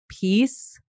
peace